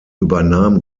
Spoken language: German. übernahm